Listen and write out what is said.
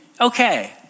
Okay